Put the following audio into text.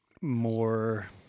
more